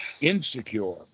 insecure